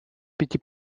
пяти